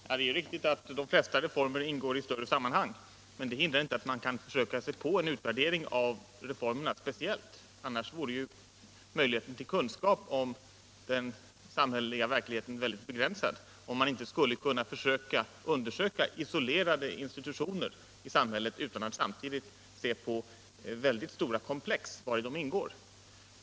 Herr talman! Det är riktigt att de flesta reformer ingår i större sammanhang. Men det hindrar inte att man kan försöka sig på en utvärdering av varje reform för sig. Annars vore ju möjligheten till kunskap om den samhälleliga verkligheten ytterst begränsad - om man inte skulle kunna undersöka isolerade institutioner i samhället utan att samtidigt se på väldigt stora komplex vari de ingår.